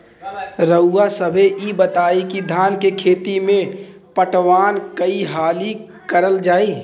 रउवा सभे इ बताईं की धान के खेती में पटवान कई हाली करल जाई?